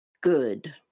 good